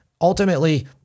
ultimately